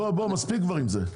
בוא, מספיק כבר עם זה.